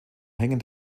hängen